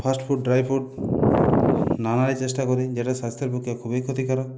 fast food dry food না আনারই চেষ্টা করি যেটা স্বাস্থ্যের পক্ষে খুবই ক্ষতিকারক